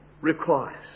requires